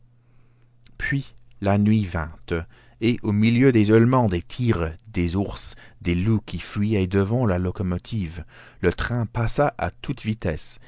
puis la nuit vint et au milieu des hurlements des tigres des ours des loups qui fuyaient devant la locomotive le train passa à toute vitesse